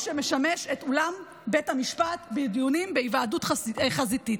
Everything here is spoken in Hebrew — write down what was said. שמשמש את אולם בית המשפט בדיונים בהיוועדות חזותית.